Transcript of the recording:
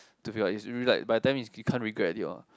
by the time is you can't regret already what